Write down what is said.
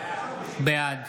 בעד